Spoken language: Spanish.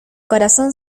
corazón